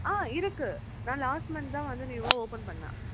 ஆ இருக்குது நான் last month தான் வந்து நியூவாக ஓப்பன் பண்ணிணேன்